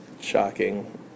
shocking